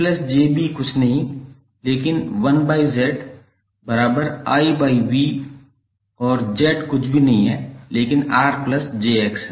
𝐺𝑗𝐵 कुछ नहीं है लेकिन 1𝒁𝑰𝑽 और Z कुछ भी नहीं है लेकिन 𝑅𝑗𝑋 है